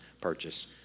purchase